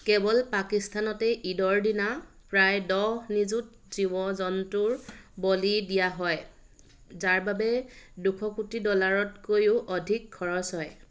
কেৱল পাকিস্তানতে ঈদৰ দিনা প্ৰায় দহ নিযুত জীৱ জন্তুৰ বলি দিয়া হয় যাৰ বাবে দুশ কোটি ডলাৰতকৈও অধিক খৰচ হয়